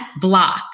Block